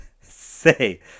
say